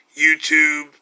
YouTube